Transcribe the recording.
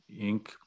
ink